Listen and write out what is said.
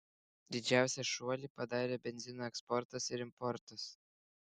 didžiausią šuolį padarė benzino eksportas ir importas